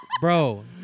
Bro